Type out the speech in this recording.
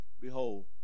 Behold